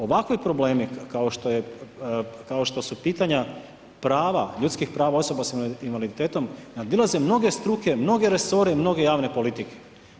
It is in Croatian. Ovakvi problemi kao što su pitanja prava, ljudskih prava osoba sa invaliditetom, nadilaze mnoge struke, mnoge resore i mnoge javne politike.